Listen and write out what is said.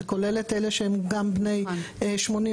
זה כולל את אלה שהם גם בני 82,